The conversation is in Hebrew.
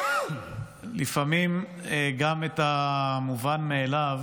לפעמים גם את המובן מאליו